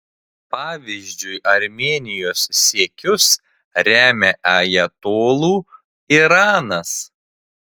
pavyzdžiui armėnijos siekius remia ajatolų iranas